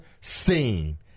seen